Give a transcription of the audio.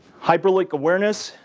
hyperlink awareness.